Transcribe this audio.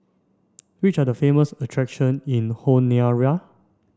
which are the famous attraction in Honiara